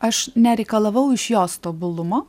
aš nereikalavau iš jos tobulumo